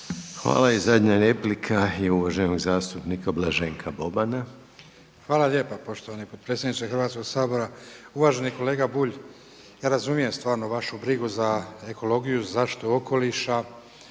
Hvala. I zadnja replika je uvaženog zastupnika Blaženka Bobana. **Boban, Blaženko (HDZ)** Hvala lijepo poštovani potpredsjedniče Hrvatskoga sabora. Uvaženi kolega Bulj, ja razumijem stvarno vašu brigu za ekologiju, za zaštitu okoliša